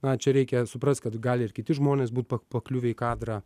na čia reikia suprast kad gali ir kiti žmonės būt pa pakliuvę į kadrą